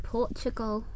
Portugal